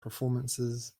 performances